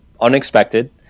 unexpected